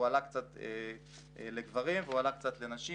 הוא עלה קצת לגברים והוא עלה קצת לנשים,